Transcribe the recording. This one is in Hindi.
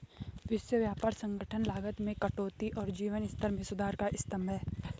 विश्व व्यापार संगठन लागत में कटौती और जीवन स्तर में सुधार का स्तंभ है